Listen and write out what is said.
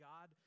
God